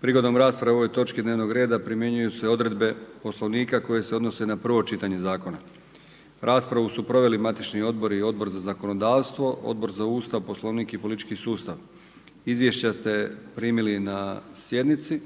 Prigodom rasprave o ovoj točki dnevnog reda primjenjuju se odredbe Poslovnika koje se odnose na prvo čitanje zakona. Raspravu su proveli matični odbori i Odbor za zakonodavstvo, Odbor za Ustav, Poslovnik i politički sustav. Izvješća ste primili na sjednici.